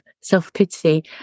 self-pity